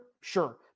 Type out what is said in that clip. sure